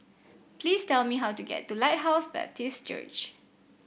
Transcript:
please tell me how to get to Lighthouse Baptist Church